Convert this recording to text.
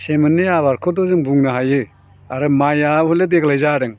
सेमोननि आबादखौथ' जों बुंनो हायो आरो माइया हले देग्लाय जादों